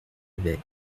avait